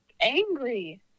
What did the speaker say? Angry